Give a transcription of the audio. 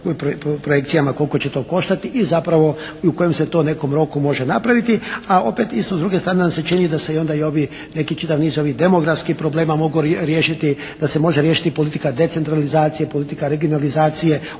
projekcijama koliko će to koštati. I zapravo i u kojem se to nekom roku može napraviti. A opet isto s druge strane nam se čini da se onda i ovi, … /Govornik se ne razumije./ … ovih demografskih problema mogu riješiti, da se može riješiti politika decentralizacije, politika regionalizacije